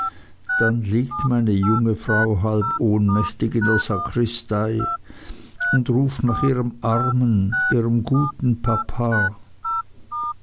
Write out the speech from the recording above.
dann liegt meine junge frau halb ohnmächtig in der sakristei und ruft nach ihrem armen ihrem guten papa